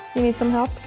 need some help?